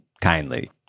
kindly